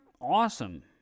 awesome